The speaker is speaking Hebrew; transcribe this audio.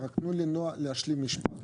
תנו לנעה להשלים משפט.